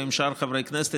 ועם שאר חברי הכנסת,